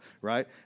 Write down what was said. right